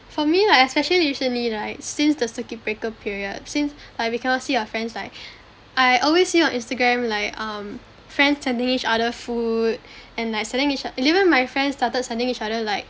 for me like especially recently right since the circuit breaker period since like we cannot see our friends like I always see on instagram like um friends sending each other food and like sending each o~ even my friends started sending each other like